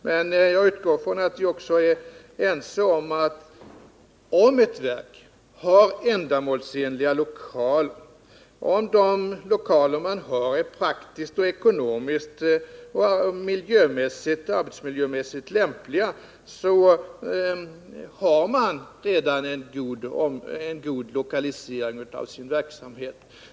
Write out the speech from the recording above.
Men jag utgår från att vi också är ense om att om ett verk har ändamålsenliga lokaler och om de lokaler man har är praktiskt, ekonomiskt och arbetsmiljömässigt lämpliga, så har man redan en god lokalisering av sin verksamhet.